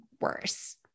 worse